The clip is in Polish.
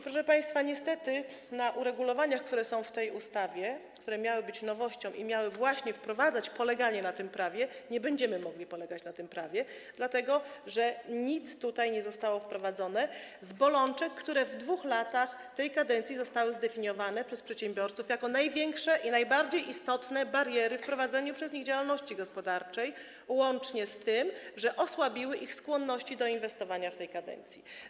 Proszę państwa, niestety, na uregulowaniach, które są w tej ustawie, które miały być nowością i miały właśnie sprawić, iż będzie można polegać na tym prawie, nie będziemy mogli polegać, dlatego że nic tutaj nie zostało wprowadzone w odniesieniu do bolączek, które w ciągu 2 lat tej kadencji zostały zdefiniowane przez przedsiębiorców jako największe i najbardziej istotne bariery w prowadzeniu przez nich działalności gospodarczej, łącznie z tym, że osłabiły ich skłonności do inwestowania w tej kadencji.